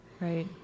Right